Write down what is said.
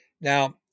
Now